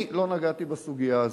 אני לא נגעתי בסוגיה הזאת,